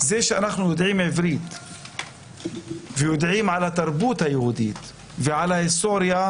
זה שאנחנו יודעים עברית ויודעים על התרבות היהודית ועל ההיסטוריה,